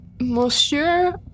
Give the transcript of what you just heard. Monsieur